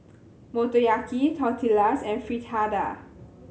Motoyaki Tortillas and Fritada